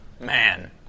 man